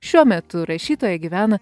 šiuo metu rašytoja gyvena